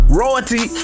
royalty